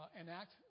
enact